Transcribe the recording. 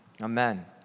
amen